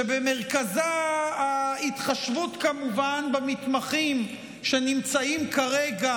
שבמרכזה כמובן ההתחשבות במתמחים שנמצאים כרגע